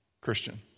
Christian